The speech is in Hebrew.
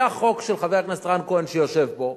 היה חוק של חבר הכנסת רן כהן, שיושב פה,